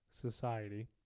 society